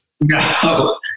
No